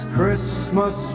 Christmas